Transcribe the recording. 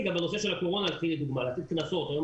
גם בנושא של הקורונה לדוגמה, נותנים קנסות